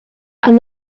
and